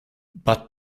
but